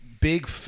Big